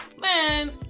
Man